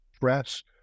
press